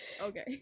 okay